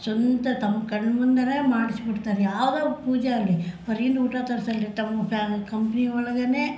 ಸ್ವಂತ ತಮ್ಮ ಕಣ್ಣು ಮುಂದೆಯೇ ಮಾಡ್ಸಿ ಬಿಡ್ತಾರೆ ರೀ ಯಾವ ಪೂಜೆ ಆಗಲಿ ಹೊರ್ಗಿನ ಊಟ ತರ್ಸಲ್ಲ ರೀ ತಮ್ಮ ಫ್ಯಾ ಕಂಪ್ನಿ ಒಳಗೆ